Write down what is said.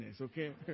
okay